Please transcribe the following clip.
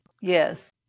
Yes